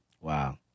Wow